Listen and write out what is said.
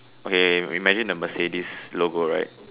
okay imagine the Mercedes logo right